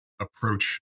approach